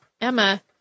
Emma